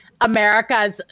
America's